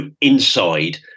inside